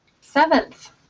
Seventh